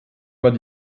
man